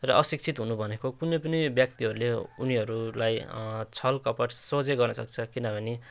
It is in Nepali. र अशिक्षित हुनु भनेको कुनै पनि व्यक्तिहरूले उनीहरूलाई छलकपट सोझै गर्नुसक्छ किनभने